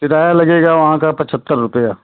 किराया लगेगा वहाँ का पचहत्तर रुपये